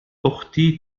أختي